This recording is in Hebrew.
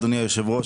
אדוני היושב-ראש,